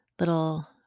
little